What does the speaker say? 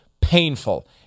painful